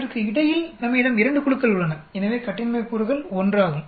குழுவிற்கு இடையில் நம்மிடம் 2 குழுக்கள் உள்ளன எனவே கட்டின்மை கூறுகள் 1 ஆகும்